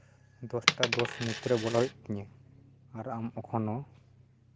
ᱫᱚᱥᱴᱟ ᱫᱚᱥ ᱢᱩᱫᱽ ᱨᱮ ᱵᱚᱞᱚᱜ ᱦᱩᱭᱩᱜ ᱛᱤᱧᱟᱹ ᱟᱨ ᱟᱢ ᱮᱠᱷᱚᱱᱳ